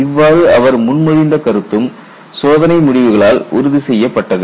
இவ்வாறு அவர் முன்மொழிந்த கருத்தும் சோதனை முடிவுகளால் உறுதி செய்யப்பட்டது